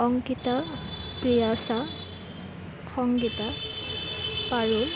Ankita Priyasha Sangeeta Parul